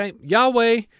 Yahweh